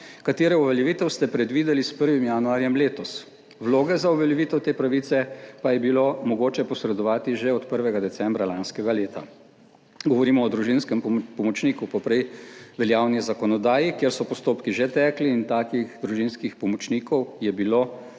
katere uveljavitev ste predvideli s 1. januarjem letos. Vloge za uveljavitev te pravice pa je bilo mogoče posredovati že od 1. decembra lanskega leta. Govorimo o družinskem pomočniku po prej veljavni zakonodaji, kjer so postopki že tekli in takih družinskih pomočnikov je bilo